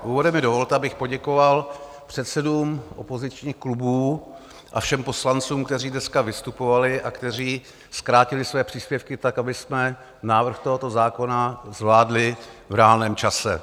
Úvodem mi dovolte, abych poděkoval předsedům opozičních klubů a všem poslancům, kteří dneska vystupovali a kteří zkrátili své příspěvky tak, abychom návrh tohoto zákona zvládli v reálném čase.